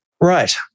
Right